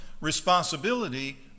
responsibility